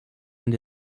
and